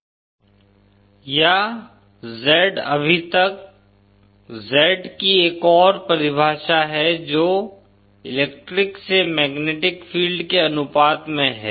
Z0LC ZzVI Zintrinsic या Z अभी तक Z की एक और परिभाषा है जो इलेक्ट्रिक से मैग्नेटिक फील्ड के अनुपात में है